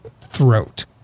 throat